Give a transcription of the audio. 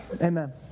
Amen